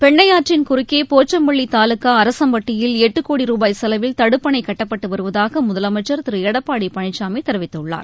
பெண்ணையாற்றின் குறுக்கே போச்சும்பள்ளி தலுக்கா அரசம்பட்டியில் எட்டு கோடி ரூபாய் செலவில் தடுப்பணை கட்டப்பட்டு வருவதாக முதலமைச்சர் திரு எடப்பாடி பழனிசாமி தெரிவித்துள்ளார்